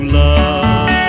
love